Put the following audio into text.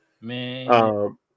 Man